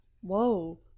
Whoa